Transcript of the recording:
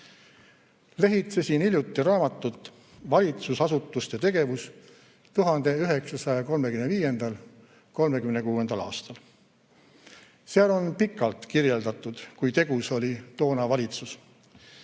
Lehitsesin hiljuti raamatut "Valitsusasutuste tegevus 1935/36". Seal on pikalt kirjeldatud, kui tegus oli toona valitsus.